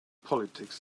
politics